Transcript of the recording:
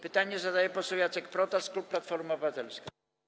Pytanie zadaje poseł Jacek Protas, klub Platforma Obywatelska.